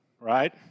right